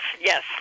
yes